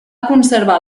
conservar